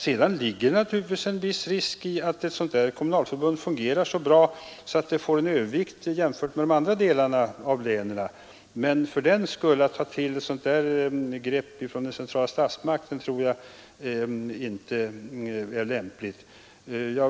Det finns naturligtvis en viss risk för att ett sådant kommunalförbund fungerar så bra att det får en övervikt jämfört med de andra delarna av länen. Men att fördenskull ta till den centrala statsmakten tror jag inte är lämpligt.